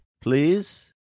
Please